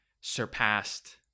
surpassed